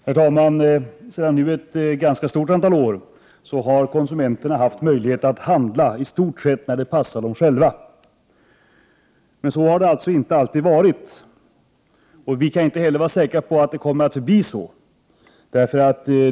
Herr talman! Sedan ett ganska stort antal år har konsumenterna haft möjlighet att handla i stort sett när det passar dem själva. Men så har det alltså inte alltid varit. Vi kan inte heller vara säkra på att det kommer att förbli så.